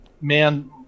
man